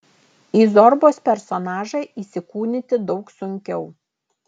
į zorbos personažą įsikūnyti daug sunkiau